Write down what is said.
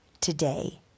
Today